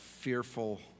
fearful